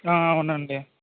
అవునండి